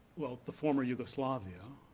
well the former yugoslavia,